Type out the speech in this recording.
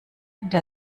der